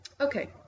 Okay